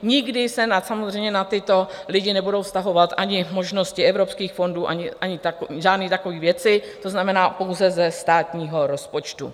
Nikdy se samozřejmě na tyto lidi nebudou vztahovat ani možnosti evropských fondů ani žádné takové věci, to znamená, pouze ze státního rozpočtu.